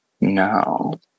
no